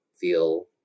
feel